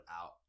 out